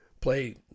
play